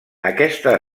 aquesta